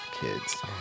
kids